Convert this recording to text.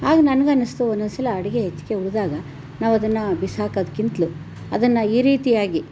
ಆಗ ನನಗೆ ಅನ್ನಿಸ್ತು ಒಂದೊಂದು ಸಲ ಅಡುಗೆ ಹೆಚ್ಚಿಗೆ ಉಳಿದಾಗ ನಾವು ಅದನ್ನು ಬಿಸಾಕೋದ್ಕಿಂತ್ಲೂ ಅದನ್ನು ಈ ರೀತಿಯಾಗಿ